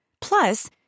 Plus